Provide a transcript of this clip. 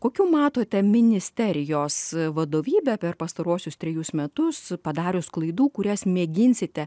kokių matote ministerijos vadovybė per pastaruosius trejus metus padarius klaidų kurias mėginsite